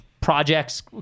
projects